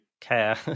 care